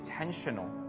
intentional